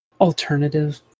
alternative